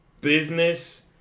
business